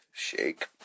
Shake